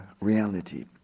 reality